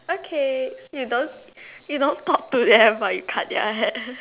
okay you don't you don't talk to them but you cut their hair